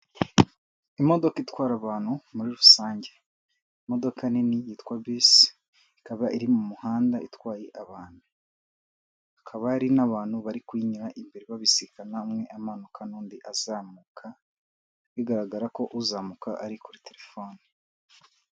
Imodoka itwara abantu muri rusange, imodoka nini yitwa bisi ikaba iri mu muhanda itwaye abantu, akaba hari n'abantu bari kuyinyura imbere babisikana umwe amanuka n'undi azamuka bigaragara ko uzamuka ari kuri telefoni.